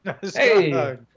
Hey